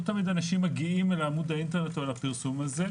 לא תמיד אנשים מגיעים אל עמוד האינטרנט או אל הפרסום הזה.